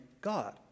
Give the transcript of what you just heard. God